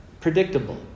predictable